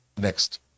next